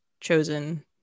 chosen